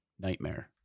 nightmare